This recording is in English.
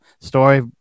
story